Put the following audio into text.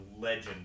legend